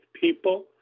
people